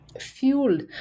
fueled